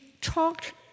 talked